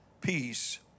peace